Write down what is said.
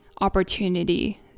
opportunity